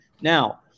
now